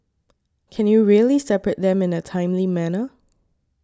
can you really separate them in a timely manner